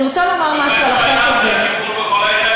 אני רוצה לומר משהו על החוק הזה,